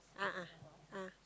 a'ah ah